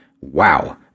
Wow